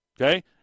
okay